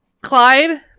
Clyde